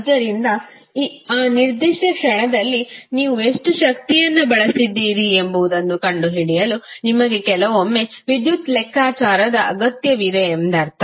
ಆದ್ದರಿಂದ ಆ ನಿರ್ದಿಷ್ಟ ಕ್ಷಣದಲ್ಲಿ ನೀವು ಎಷ್ಟು ಶಕ್ತಿಯನ್ನು ಬಳಸಿದ್ದೀರಿ ಎಂಬುದನ್ನು ಕಂಡುಹಿಡಿಯಲು ನಿಮಗೆ ಕೆಲವೊಮ್ಮೆ ವಿದ್ಯುತ್ ಲೆಕ್ಕಾಚಾರದ ಅಗತ್ಯವಿದೆ ಎಂದರ್ಥ